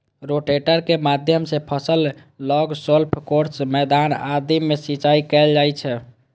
rotator के माध्यम सं फसल, लॉन, गोल्फ कोर्स, मैदान आदि मे सिंचाइ कैल जाइ छै